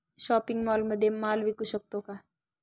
Shopping मॉलमध्ये माल विकू शकतो का?